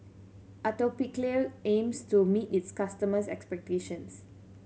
Atopiclair aims to meet its customers' expectations